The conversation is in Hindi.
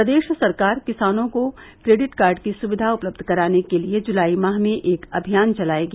प्रदेश सरकार किसानों को क्रेडिट कार्ड की सुविधा उपलब्ध कराने के लिये जुलाई माह में एक अभियान चलायेगी